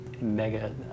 mega